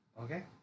Okay